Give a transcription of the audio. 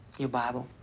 your bible,